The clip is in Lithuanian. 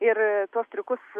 ir tuos triukus